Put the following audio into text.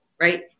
right